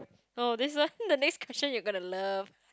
oh that's why next question you gonna to love